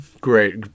great